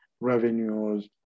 revenues